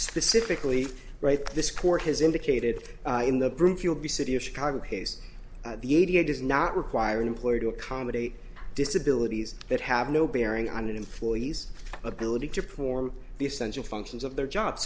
specifically right this court has indicated in the proof you'll be city of chicago case the a t o does not require an employee to accommodate disabilities that have no bearing on an employee's ability to perform the essential functions of their job